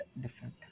different